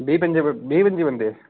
बीह् पंज्जी कोई बीह् पंज्जी बंदे